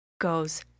goes